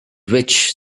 rich